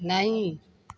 नहीं